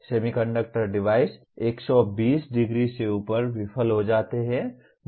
semiconductor device 120 degree से ऊपर विफल हो जाते हैं